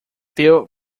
few